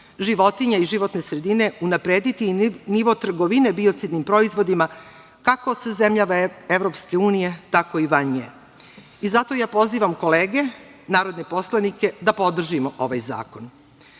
životinja i životne sredine, unaprediti i nivo trgovine biocidnim proizvodima kako sa zemljama EU, tako i van nje. Zato ja pozivam kolege narodne poslanike da podržimo ovaj zakon. Kada